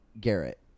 Garrett